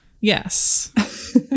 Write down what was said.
yes